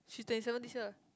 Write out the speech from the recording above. she's twenty seven this year